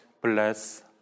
bless